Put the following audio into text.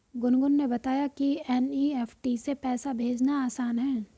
गुनगुन ने बताया कि एन.ई.एफ़.टी से पैसा भेजना आसान है